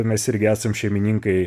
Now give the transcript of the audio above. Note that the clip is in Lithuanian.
mes irgi esam šeimininkai